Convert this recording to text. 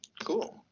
cool